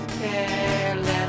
careless